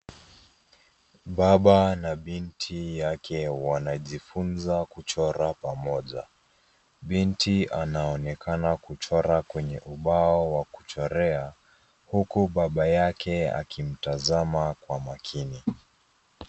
Baba na binti yake wanajifunza kuchora pamoja. Binti anaoneka kuchora kwenye ubao wa kuchorea, huku baba yake akiimtazama kwa makini.